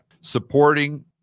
Supporting